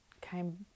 came